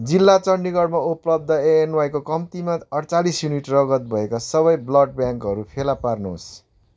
जिल्ला चण्डीगढमा उपलब्ध एएनवाईको कम्तीमा अडचालिस युनिट रगत भएका सबै ब्लड ब्याङ्कहरू फेला पार्नुहोस्